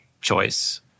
choice